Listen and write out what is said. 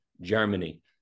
Germany